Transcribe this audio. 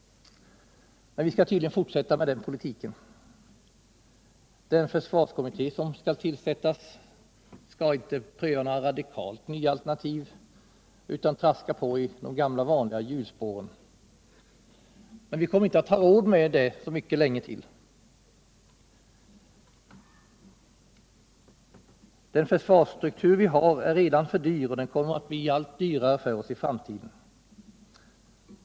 Men vi skalltydligen fortsätta med den politiken. Den försvarskommitté som skall tillsättas skall inte pröva några radikalt nya alternativ utan traska på ide gamla vanliga hjulspåren. Men vi kommer inte att ha råd med det mycket länge till. Den försvarsstruktur vi har är redan för dyr, och den kommer att bli allt dyrare för oss i framtiden.